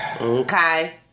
okay